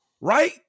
right